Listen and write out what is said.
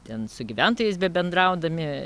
ten su gyventojais bendraudami